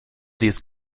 these